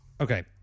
Okay